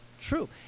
true